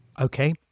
Okay